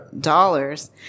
dollars